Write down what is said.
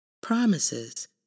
Promises